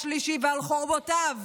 נכבדה,